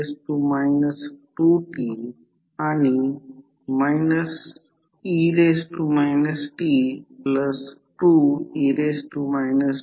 हे eddy current आणि hysteresis याचे मी मॅग्नेटिक सर्किटमध्ये ती सूत्रे दिली आहेत